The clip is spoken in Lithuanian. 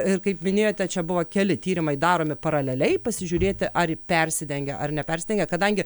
ir kaip minėjote čia buvo keli tyrimai daromi paraleliai pasižiūrėti ar persidengia ar nepersidengia kadangi